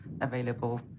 available